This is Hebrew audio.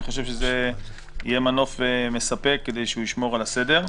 אני חושב שזה יהיה מנוף מספק כדי שהוא ישמור על הסדר.